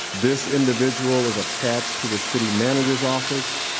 this individual is attached to the city manager's office.